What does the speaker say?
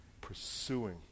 pursuing